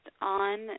on